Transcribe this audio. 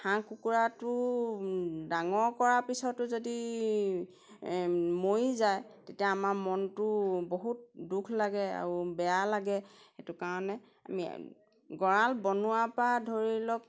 হাঁহ কুকুৰাটো ডাঙৰ কৰা পিছতো যদি ময়ি যায় তেতিয়া আমাৰ মনটো বহুত দুখ লাগে আৰু বেয়া লাগে সেইটো কাৰণে আমি গঁৰাল বনোৱাৰ পৰা ধৰি লওক